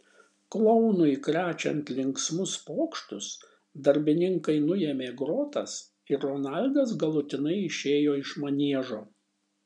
klounui krečiant linksmus pokštus darbininkai nuėmė grotas ir ronaldas galutinai išėjo iš maniežo